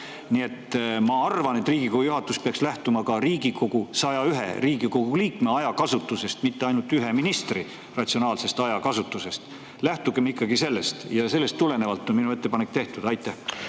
aeg. Ma arvan, et Riigikogu juhatus peaks lähtuma ka Riigikogu 101 liikme ajakasutusest, mitte ainult ühe ministri ratsionaalsest ajakasutusest. Lähtugem ikkagi ka sellest! Ja sellest tulenevalt on minu ettepanek tehtud. Aitäh,